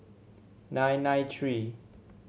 nine nine three